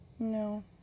No